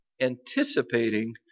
anticipating